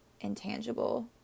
intangible